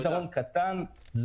פתרון קטן,